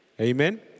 Amen